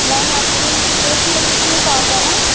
ma'am आपकी यह stationery की ही शॉप है ना